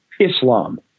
Islam